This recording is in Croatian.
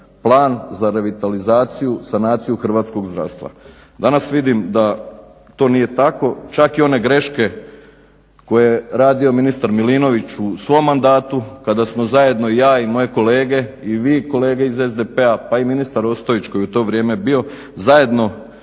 plan za revitalizaciju sanaciju hrvatskog zdravstva. Danas vidim da to nije tako, čak i one greške koje je radio ministar Milinović u svom mandatu, kada smo zajedno ja i moj kolege i vi kolege iz SDP-a, pa i ministar Ostojić koji je u to vrijeme bio zajedno